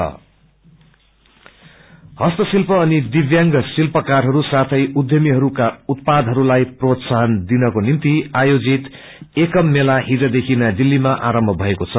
disable craft हस्तशिल्प अनि दिव्यांग शिल्पकारहरू साथै उध्यमिहरूका उत्पादहरूलाई प्रोत्साहन दिनको निम्ति आयोजित एकम मेला हिज देखि नयाँ दिल्लीमा आरम्भ भएको छ